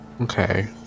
Okay